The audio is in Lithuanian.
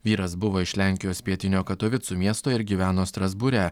vyras buvo iš lenkijos pietinio katovicų miesto ir gyveno strasbūre